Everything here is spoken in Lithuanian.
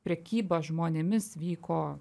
prekyba žmonėmis vyko